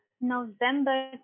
November